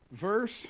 Verse